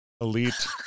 elite